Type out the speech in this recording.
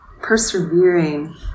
persevering